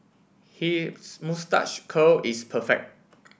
his moustache curl is perfect